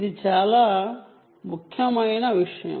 ఇది చాలా ముఖ్యమైన విషయం